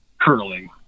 Curling